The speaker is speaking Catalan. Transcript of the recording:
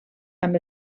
amb